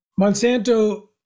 Monsanto